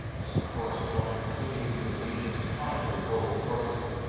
this, of course, is also contributing to the nation's chronically low birth rate.